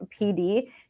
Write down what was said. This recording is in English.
PD